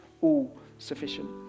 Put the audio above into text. all-sufficient